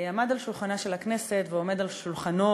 עמד על שולחנה של הכנסת ועומד על שולחננו